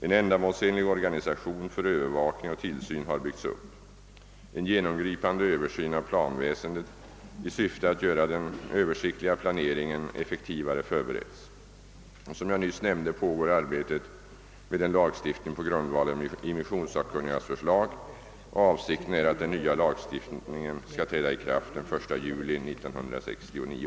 En ändamålsenlig organisation för övervakning och tillsyn har byggts upp. En genomgripande översyn av planväsendet i syfte att göra den översiktliga planeringen effektivare förbereds. Som jag nyss nämnde pågår arbetet med en lagstiftning på grundval av immissionssakkunnigas förslag och avsikten är att den nya lagstiftningen skall träda i kraft den 1 juli 1969.